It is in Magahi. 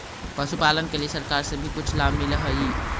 पशुपालन के लिए सरकार से भी कुछ लाभ मिलै हई?